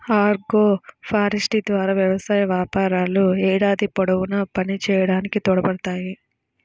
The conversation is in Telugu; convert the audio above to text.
ఆగ్రోఫారెస్ట్రీ ద్వారా వ్యవసాయ వ్యాపారాలు ఏడాది పొడవునా పనిచేయడానికి తోడ్పడతాయి